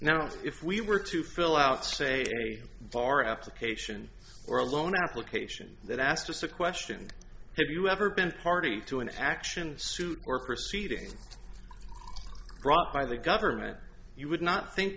now if we were to fill out say any bar application or a loan application that asked us a question have you ever been party to an action suit or proceeding brought by the government you would not think